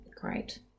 great